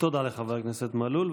תודה לחבר הכנסת מלול.